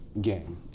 game